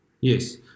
Yes